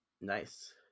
Nice